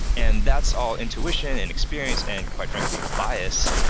and that's all intuition and experience, and quite frankly bias,